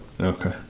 Okay